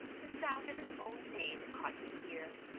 the sound of his own name caught his ear.